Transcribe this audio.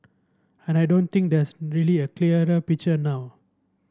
and I don't think there's a really clearer picture now